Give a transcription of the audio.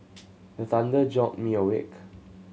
the thunder jolt me awake